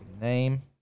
Name